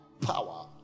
power